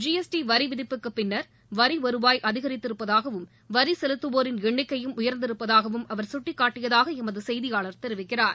G S T வரி விதிப்புக்குப் பின் வரி வருவாய் அதிகித்திருப்பதாகவும் வரி செலுத்தவோரின் எண்ணிக்கையும் உயர்ந்திருப்பதாகவும் அவர் சுட்டிகாட்டியதாக எமது செய்தியாளர் தெரிவிக்கிறார்